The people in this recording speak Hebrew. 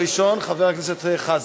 הראשון, חבר הכנסת חזן,